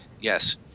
Yes